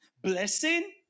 blessing